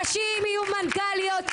נשים יהיו מנכ"ליות,